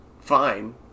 Fine